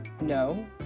No